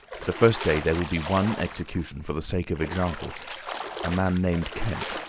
the first day there will be one execution for the sake of example a man named kemp.